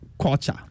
culture